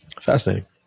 Fascinating